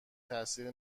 تاثیر